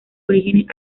orígenes